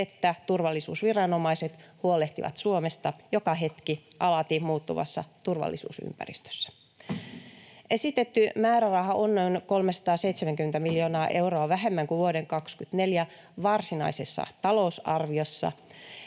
että turvallisuusviranomaiset huolehtivat Suomesta joka hetki alati muuttuvassa turvallisuusympäristössä. Esitetty määräraha on noin 370 miljoonaa euroa vähemmän kuin vuoden 24 varsinaisessa talousarviossa,